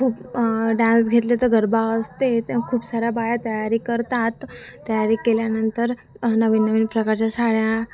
खूप डान्स घेतले तर गरबा असते तर खूप साऱ्या बाया तयारी करतात तयारी केल्यानंतर नवीन नवीन प्रकारच्या साड्या